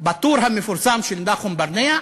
הציטוט הזה בטור המפורסם של נחום ברנע,